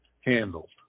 handled